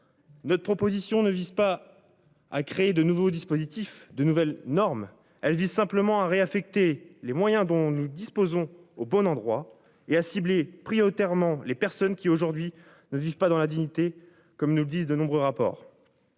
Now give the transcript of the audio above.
Notre proposition ne vise pas à créer de nouveaux dispositifs de nouvelles normes. Elle vise simplement à réaffecter les moyens dont nous disposons au bon endroit et à cibler prioritairement les personnes qui aujourd'hui ne vivent pas dans la dignité. Comme nous le disent de nombreux rapports.